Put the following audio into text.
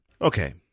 okay